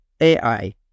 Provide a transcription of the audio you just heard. AI